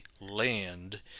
land